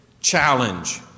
Challenge